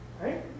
right